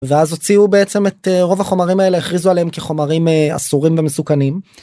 ואז הוציאו בעצם את רוב החומרים האלה הכריזו עליהם כחומרים אסורים ומסוכנים.